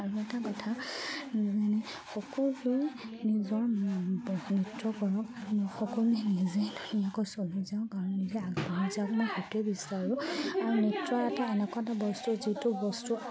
আৰু এটা কথা মানে সকলোৱে নিজৰ নৃত্য কৰক সকলোৱে নিজে ধুনীয়াকৈ চলি যাওক আৰু নিজে আগবাঢ়ি যাওক মই সেইটোৱে বিচাৰোঁ আৰু নৃত্য এটা এনেকুৱা এটা বস্তু যিটো বস্তু